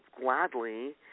gladly